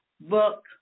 book